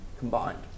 combined